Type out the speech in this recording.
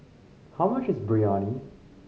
how much is Biryani